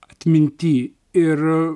atminty ir